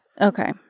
Okay